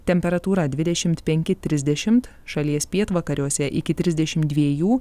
temperatūra dvidešimt penki trisdešimt šalies pietvakariuose iki trisdešim dviejų